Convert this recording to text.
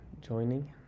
joining